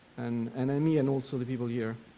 and and amy, and also the people here.